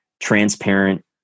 transparent